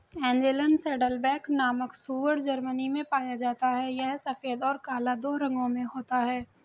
Angeln saddleback नामक सूअर Germany में पाया जाता है यह सफेद और काला दो रंगों में होता है